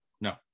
No